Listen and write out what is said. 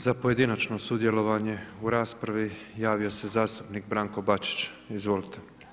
Za pojedinačno sudjelovanje u raspravi, javio se zastupnik Branko Bačić, izvolite.